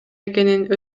экенин